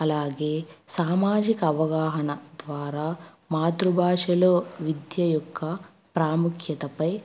అలాగే సామాజిక అవగాహన ద్వారా మాతృభాషలో విద్య యొక్క ప్రాముఖ్యతపై